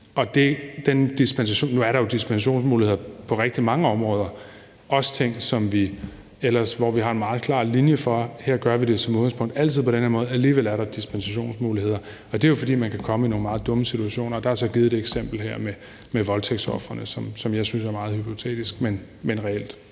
Nu er der jo dispensationsmuligheder på rigtig mange områder, også for ting, som vi ellers har en meget klar linje for at vi som udgangspunkt altid gør på den ene måde. Alligevel er der dispensationsmuligheder, og det er jo, fordi man kan komme i nogle meget dumme situationer. Der er så givet et eksempel her med voldtægtsofre, som jeg synes er meget hypotetisk, men reelt.